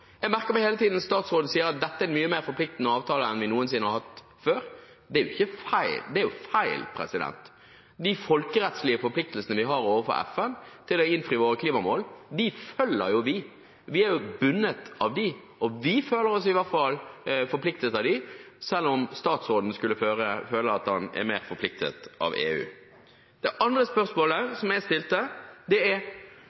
Jeg merker meg hele tiden at statsråden sier at dette er en mye mer forpliktende avtale enn vi noensinne har hatt før. Det er jo feil. De folkerettslige forpliktelsene vi har overfor FN til å innfri våre klimamål, følger vi jo. Vi er bundet av dem, og vi føler oss i hvert fall forpliktet av dem, selv om statsråden skulle føle at han er mer forpliktet av EU. Det andre spørsmålet